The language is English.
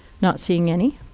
not seeing any,